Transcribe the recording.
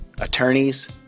attorneys